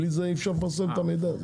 בלי זה אי אפשר לפרסם את המידע הזה.